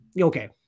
Okay